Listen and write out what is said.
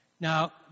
Now